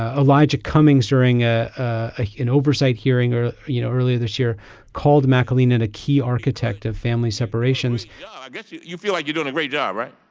ah elijah cummings during ah ah an oversight hearing you know earlier this year called mcclennan a key architect of family separations i guess you you feel like you're doing a great job right.